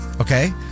Okay